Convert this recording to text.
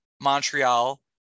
Montreal